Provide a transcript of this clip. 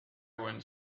went